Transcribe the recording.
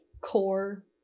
core